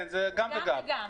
כן, זה גם וגם.